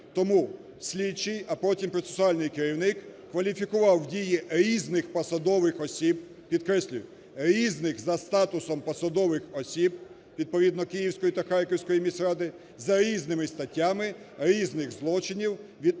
Тому слідчий, а потім процесуальний керівник кваліфікував дії різних посадових осіб, підкреслюю: різних за статусом посадових осіб, відповідно Київської та Харківської міськради за різними статтями різних злочинів від…